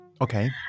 Okay